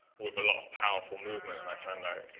were the last powerful movement and i found out